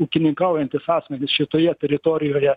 ūkininkaujantys asmenys šitoje teritorijoje